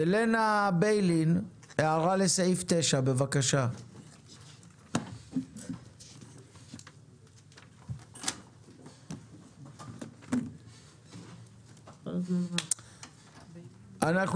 הלנה ביילין, הערה לסעיף 9. בבקשה.